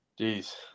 Jeez